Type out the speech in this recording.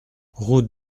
route